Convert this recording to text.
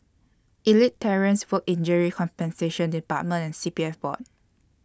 Elite Terrace Work Injury Compensation department and C P F Board